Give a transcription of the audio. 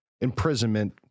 imprisonment